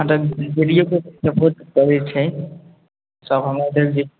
जे D U के support करै छै सब हमरा तरफ